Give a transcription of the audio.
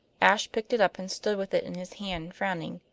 ashe picked it up and stood with it in his hand, frowning.